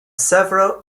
several